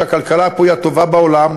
שהכלכלה פה היא הטובה בעולם,